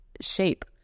shape